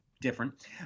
different